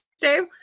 Dave